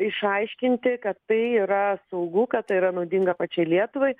išaiškinti kad tai yra saugu kad tai yra naudinga pačiai lietuvai